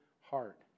heart